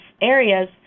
areas